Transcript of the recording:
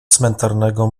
cmentarnego